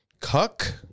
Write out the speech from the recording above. Cuck